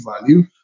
value